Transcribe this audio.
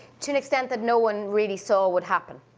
to an extent that no one really so would happen.